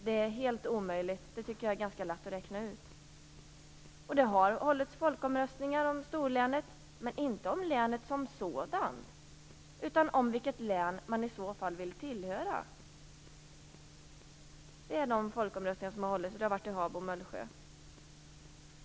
Jag tycker att det är lätt att räkna ut att det är omöjligt. Det har hållits folkomröstningar om storlänet, men inte om länet som sådant utan om vilket län man i så fall vill tillhöra. Det har skett i Habo och Mullsjö.